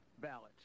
ballots